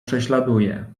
prześladuje